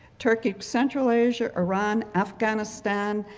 turkic central asia, iran, afghanistan,